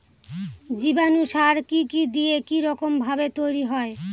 জীবাণু সার কি কি দিয়ে কি রকম ভাবে তৈরি হয়?